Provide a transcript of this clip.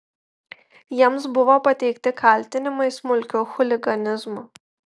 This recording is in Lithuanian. jiems buvo pateikti kaltinimai smulkiu chuliganizmu